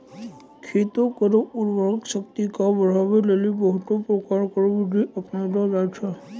खेत केरो उर्वरा शक्ति क बढ़ाय लेलि बहुत प्रकारो केरो बिधि अपनैलो जाय छै